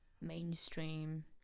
mainstream